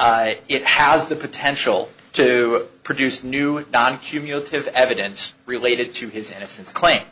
it has the potential to produce new and don cumulative evidence related to his innocence claim